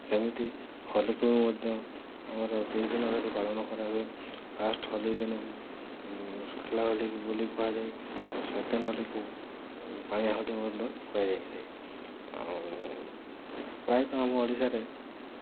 ସେମିତି ହୋଲିକୁ ମଧ୍ୟ ଆମର ଦୁଇଦିନ ଧରି ପାଳନ କରାହୁଏ ଫାର୍ଷ୍ଟ୍ ହୋଲି ଦିନକୁ ଶୁଖିଲା ହୋଲି ବୋଲି କୁହାଯାଏ ଆଉ ସେକେଣ୍ଡ୍ ହୋଲିକୁ ପାଣିଆ ହୋଲି ମଧ୍ୟ କୁହାଯାଇଥାଏ ଆଉ ପ୍ରାୟତଃ ଆମ ଓଡ଼ିଶାରେ